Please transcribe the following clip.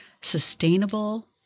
sustainable